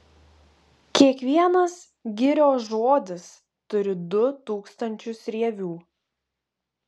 kiekvienas girios žodis turi du tūkstančius rievių